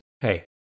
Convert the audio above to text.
Hey